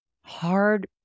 hard